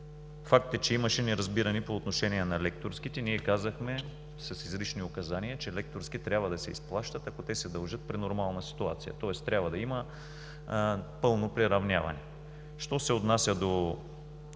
факт е, че имаше неразбиране по отношение на лекторските. Ние казахме с изрични указания, че лекторските трябва да се изплащат, ако те се дължат при нормална ситуация, тоест трябва да има пълно приравняване. Що се отнася до